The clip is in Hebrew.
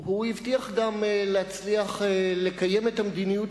הוא הבטיח גם להצליח לקיים את המדיניות